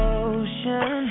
ocean